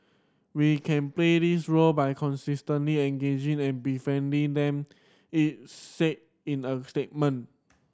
we can play this role by consistently engaging and befriending them it said in a statement